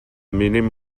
mínim